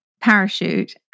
parachute